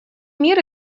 мир